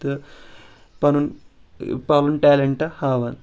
تہٕ پنُن پنُن تیلنٹ ہاوان